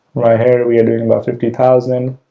right here, we're doing about fifty thousand,